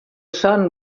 son